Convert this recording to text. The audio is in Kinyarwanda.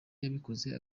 yayikoze